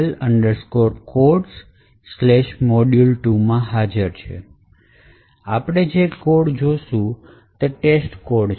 માં હાજર છે આપણે જે કોડ જોશું તે ટેસ્ટ કોડ છે